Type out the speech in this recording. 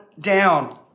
down